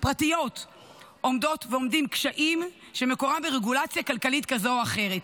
פרטיות עומדות ועומדים קשיים שמקורם ברגולציה כלכלית כזאת או אחרת.